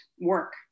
work